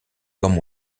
comme